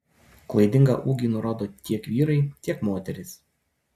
klaidingą ūgį nurodo tiek vyrai tiek moterys